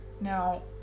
Now